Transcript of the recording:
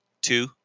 two